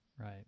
right